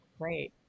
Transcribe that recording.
great